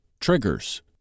triggers